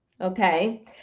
okay